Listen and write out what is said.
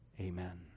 Amen